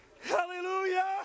Hallelujah